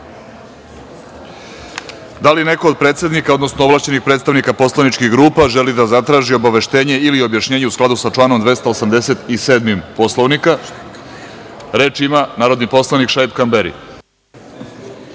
li neko od predsednika, odnosno ovlašćenih predstavnika poslaničkih grupa želi da zatraži obaveštenje ili objašnjenje u skladu sa članom 287. Poslovnika? Reč ima narodni poslanik Šaip Kamberi.